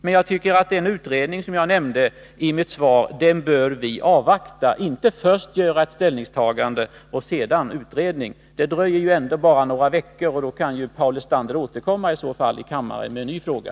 Jag tycker att vi bör avvakta den utredning som jag nämnde i mitt svar, så att vi inte först gör ett ställningstagande och sedan får utredningen. Det dröjer ändå bara några veckor, och om det blir aktuellt kan ju Paul Lestander återkomma med en ny fråga.